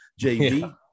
JV